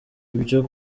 ibyo